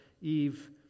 Eve